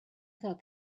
thought